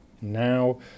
now